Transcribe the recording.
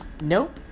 nope